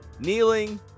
kneeling